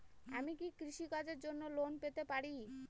আমি কি কৃষি কাজের জন্য লোন পেতে পারি?